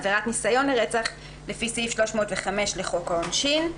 "עבירת ניסיון לרצח" לפי סעיף 305 לחוק העונשין,